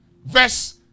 Verse